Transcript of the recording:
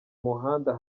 muhanda